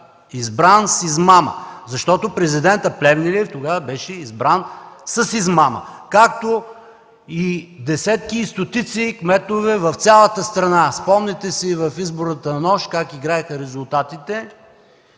„Избран с измама”, защото президентът Плевнелиев тогава беше избран с измама, както и десетки и стотици кметове в цялата страна. Спомняте си в изборната нощ как играеха резултатите